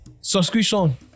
subscription